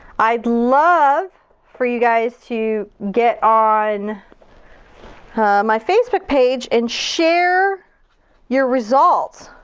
i'd love for you guys to get on my facebook page and share your results.